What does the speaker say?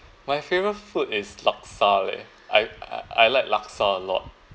my favourite food is laksa leh I I like laksa a lot